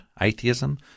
atheism